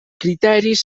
criteris